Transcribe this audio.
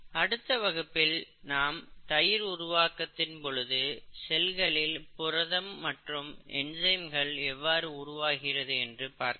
அடுத்த வகுப்பில் நாம் தயிர் உருவாக்கத்தின் பொழுது செல்களில் புரதம் மற்றும் என்சைம்கள் எவ்வாறு உருவாகிறது என்று பார்க்கலாம்